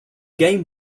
game